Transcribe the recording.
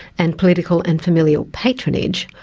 and political and familial patronage,